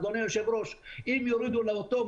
אדוני היושב-ראש: אם יורידו לאותו